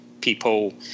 people